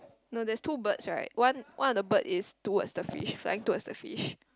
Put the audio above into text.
no there's two birds right one one of the bird is towards the fish flying towards the fish